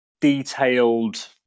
detailed